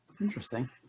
interesting